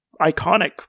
iconic